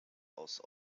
aus